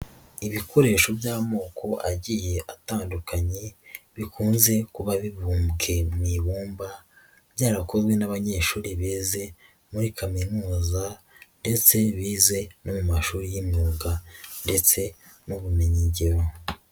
Ibikoresho by'amoko agiye atandukanye, bikunze kuba bibumbwe mu ibumba, byarakozwe n'abanyeshuri bize muri kaminuza ndetse bize no mu mashuri y'imyuga ndetse n'ubumenyigiro.